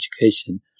Education